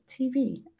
TV